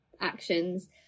Actions